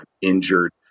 injured